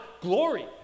glory